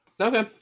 okay